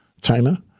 China